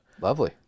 Lovely